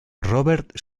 robert